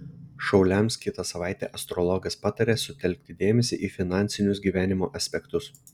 šauliams kitą savaitę astrologas pataria sutelkti dėmesį į finansinius gyvenimo aspektus